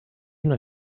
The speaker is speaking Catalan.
una